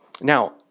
Now